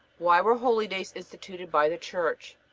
why were holydays instituted by the church?